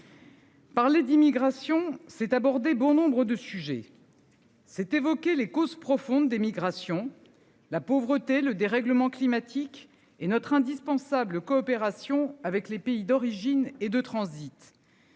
Parler d'immigration c'est aborder bon nombre de sujets. C'est évoquer les causes profondes des migrations. La pauvreté, le dérèglement climatique et notre indispensable coopération avec les pays d'origine et de transit.--